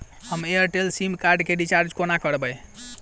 हम Airtel sim card केँ recharge कोना करबै?